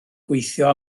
gweithio